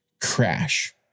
Crash